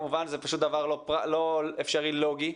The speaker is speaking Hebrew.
זה דבר לא אפשרי לוגי.